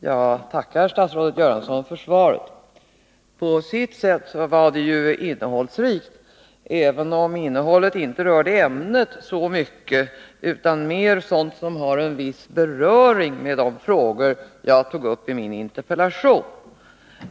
Herr talman! Jag tackar statsrådet Göransson för svaret. På sitt sätt var det innehållsrikt, även om innehållet inte så mycket rörde ämnet, utan mera sådant som har en viss beröring med de frågor jag tog upp i min interpellation.